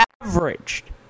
averaged